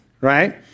right